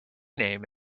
name